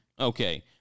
Okay